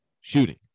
shooting